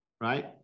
right